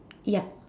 yup